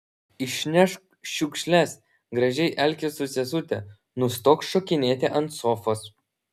išnešk šiukšles gražiai elkis su sesute nustok šokinėti ant sofos